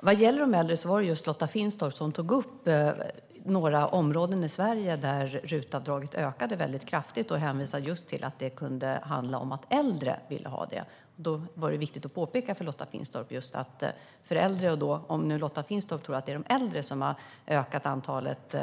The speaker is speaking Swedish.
Herr talman! Vad gäller de äldre var det just Lotta Finstorp som tog upp några områden i Sverige där RUT-avdraget ökade kraftigt och hänvisade till att det kunde handla om att äldre ville ha detta. Då var det viktigt att påpeka för Lotta Finstorp - om hon tror att det är de äldre som har ökat antalet